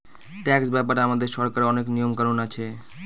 tax ব্যাপারে আমাদের সরকারের অনেক নিয়ম কানুন আছে